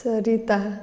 सरिता